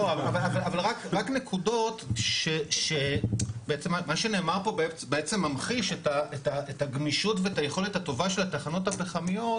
מה שנאמר פה בעצם ממחיש את הגמישות ואת היכולת הטובה של התחנות הפחמיות,